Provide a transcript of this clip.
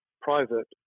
private